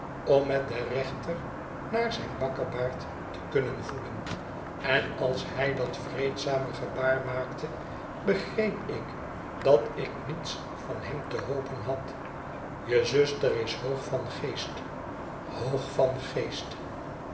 om met de rechter naar zijn bakkebaard te kunnen voelen en als hij dat vreedzame gebaar maakte begreep ik dat ik niets van hem te hopen had je zuster is hoog van geest hoog van geest